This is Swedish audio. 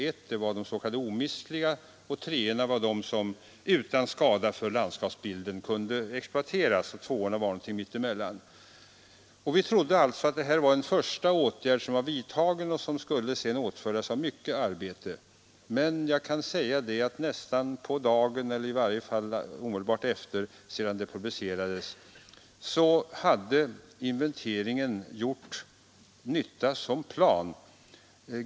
Klass 1 var då de s.k. omistliga åsarna, och 3:orna var sådana åsar som utan skada för landskapsbilden kunde exploateras, medan 2:orna var något mitt emellan. Vi trodde som sagt att detta var en första åtgärd, som sedan skulle följas upp i ett stort planarbete. Men jag kan säga att redan när inventeringsresultatet publicerades gjorde det mycket stor nytta som plan.